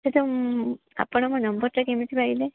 ସେତ ଆପଣ ମୋ ନମ୍ୱର୍ଟା କେମିତି ପାଇଲେ